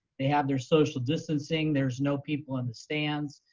they have their social distancing. there's no people in the stands,